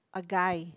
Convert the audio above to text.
a guy